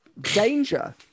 Danger